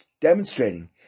demonstrating